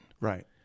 Right